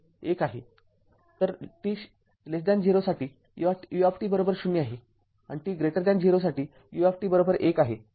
तर t0 साठी u ० आहे आणि t 0साठी u १ आहे